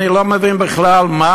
אני לא מבין בכלל מה